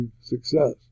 success